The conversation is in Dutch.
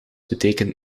betekent